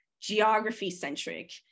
geography-centric